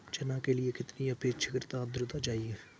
चना के लिए कितनी आपेक्षिक आद्रता चाहिए?